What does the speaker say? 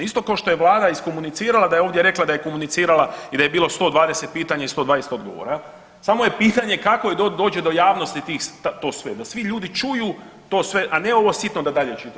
Isto kao što je vlada iskomunicirala da je ovdje rekla da je komunicirala i da je bilo 120 pitanja i 120 odgovora jel, samo je pitanje kako dođe do javnosti tih, to sve, da svi ljudi čuju to sve, a ne ovo sitno da dalje čita.